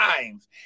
times